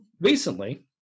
recently